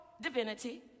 divinity